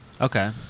Okay